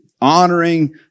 honoring